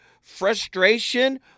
frustration